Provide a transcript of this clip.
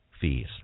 fees